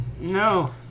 No